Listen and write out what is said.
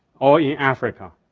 or in africa.